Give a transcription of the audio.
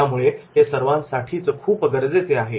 त्यामुळे हे सर्वांसाठीच खूप गरजेचे आहे